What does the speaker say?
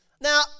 Now